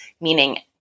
meaning